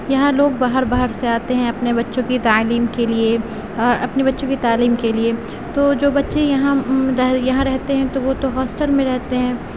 یہاں لوگ باہر باہر سے آتے ہیں اپنے بچوں کی تعلیم کے لیے اور اپنے بچوں کی تعلیم کے لیے تو جو بچے یہاں یہاں رہتے ہیں تو وہ تو ہاسٹل میں رہتے ہیں